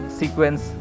sequence